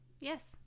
Yes